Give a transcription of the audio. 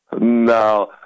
No